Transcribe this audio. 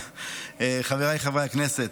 חבריי חברי הכנסת,